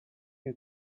you